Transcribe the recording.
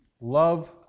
love